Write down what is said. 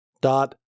dot